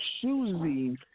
choosing